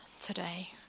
today